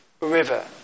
river